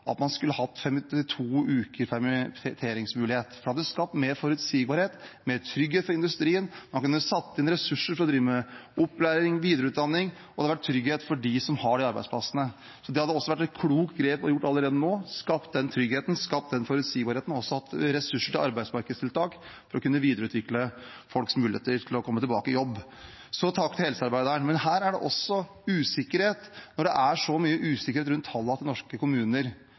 at en skulle hatt mulighet for å permittere i 52 uker, for det hadde skapt mer forutsigbarhet og mer trygghet for industrien. En kunne satt inn ressurser for å drive med opplæring og videreutdanning, og det hadde skapt trygghet for dem som har de arbeidsplassene. Det hadde vært et klokt grep å gjøre allerede nå, det hadde skapt den tryggheten, skapt den forutsigbarheten, og gitt ressurser til arbeidsmarkedstiltak for å kunne videreutvikle folks muligheter til å komme tilbake i jobb. Så takk til helsearbeideren. Men her er det også usikkerhet, siden det er så mye usikkerhet rundt tallene til norske kommuner.